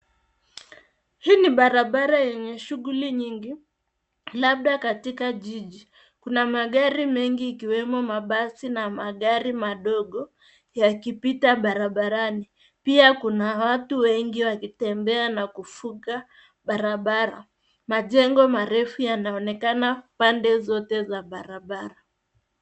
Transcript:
Hii ni barabara yenye shughuli nyingi labda katika jiji. Kuna magari mengi ikiwemo mabasi na magari madogo yakipita barabarani. Pia, kuna watu wengi wakitembea na kuvuka barabara. Majengo marefu yanaonekana pande zote za barabara.